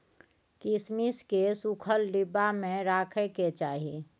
किशमिश केँ सुखल डिब्बा मे राखे कय चाही